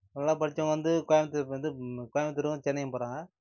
நல்லா படித்தவன் வந்து கோயம்முத்தூருக்கு வந்து கோயம்முத்தூரும் சென்னையும் போகிறாங்க